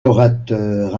orateur